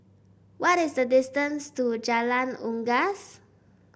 what is the distance to Jalan Unggas